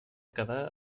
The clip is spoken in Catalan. quedar